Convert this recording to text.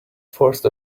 forced